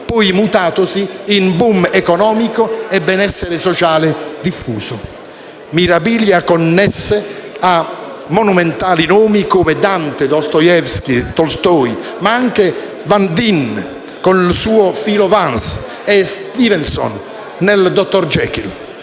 poi mutatosi in *boom* economico e benessere sociale diffuso; mirabilia connesse a monumentali nomi come Dante, Dostoevskij, Tolstoj, ma anche Van Dine con il suo Philo Vance e Stevenson nel dottor Jekyll.